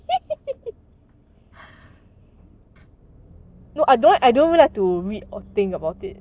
no I don't I don't really like to read or think about it